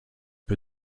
peu